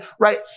right